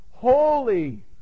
Holy